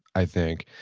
i think.